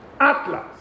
Atlas